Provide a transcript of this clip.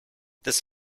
this